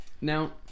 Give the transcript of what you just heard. Now